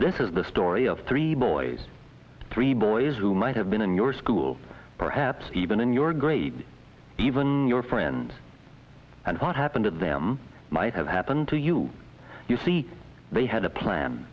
this is the story of three boys three boys who might have been in your school perhaps even in your grade even your friends and what happened to them might have happened to you you see they had a plan